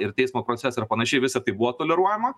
ir teismo procesą ir panašiai visa tai buvo toleruojama